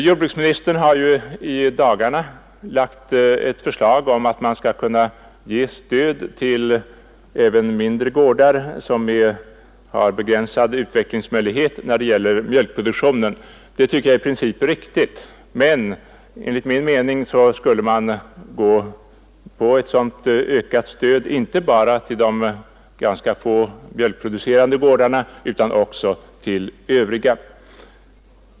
Jordbruksministern har i dagarna framlagt ett förslag om att man skall kunna ge stöd när det gäller mjölkproduktionen även till mindre gårdar som har begränsad utvecklingsmöjlighet. I princip tycker jag att detta är riktigt, men enligt min mening skulle man ge ett sådant ökat stöd inte bara till de ganska få mjölkproducerande gårdarna utan också till övriga.